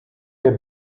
der